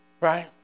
right